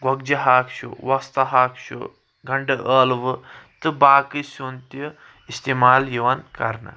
گۄگجہِ ہاکھ چھ وۄستہٕ ہاکھ چھ گنڈٕ ٲلو تہٕ باقی سیۆن تہِ استعمال یِوان کرنہٕ